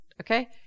okay